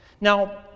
Now